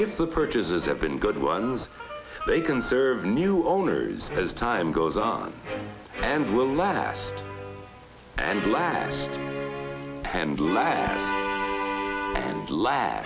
if the purchases have been good ones they can serve new owners as time goes on and we'll laugh and laugh and laugh and la